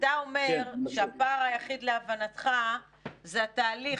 אתה אומר שהפער היחיד להבנתך זה התהליך,